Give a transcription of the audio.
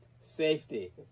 Safety